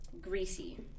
greasy